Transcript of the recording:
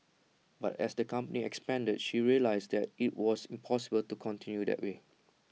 but as the company expanded she realised that IT was impossible to continue that way